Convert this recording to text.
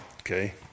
Okay